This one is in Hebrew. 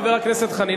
חבר הכנסת חנין,